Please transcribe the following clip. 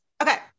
okay